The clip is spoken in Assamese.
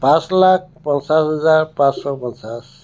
পাঁচ লাখ পঞ্চাছ হাজাৰ পাঁচশ পঞ্চাছ